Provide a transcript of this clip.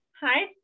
Hi